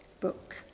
book